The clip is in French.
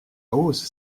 hausse